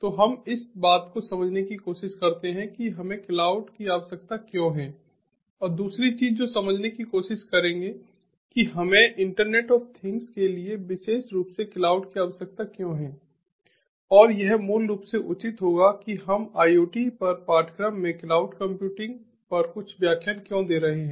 तो हम इस बात को समझने की कोशिश करते हैं कि हमें क्लाउड की आवश्यकता क्यों है और दूसरी चीज जो समझने की कोशिश करेगी कि हमें इंटरनेट ऑफ थिंग्सके लिए विशेष रूप से क्लाउड की आवश्यकता क्यों है और यह मूल रूप से उचित होगा कि हम IoT पर पाठ्यक्रम में क्लाउड कंप्यूटिंग पर कुछ व्याख्यान क्यों दे रहे हैं